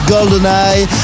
GoldenEye